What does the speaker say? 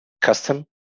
custom